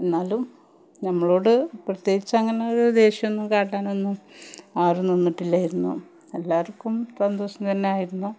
എന്നാലും നമ്മളോട് പ്രേത്യേകിച്ച് അങ്ങനെ ഒരു ദേഷ്യമൊന്നും കാട്ടാൻ ഒന്നും ആരും നിന്നിട്ടില്ലായിരുന്നു എല്ലാവർക്കും സന്തോഷം തന്നെ ആയിരുന്നു